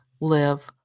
live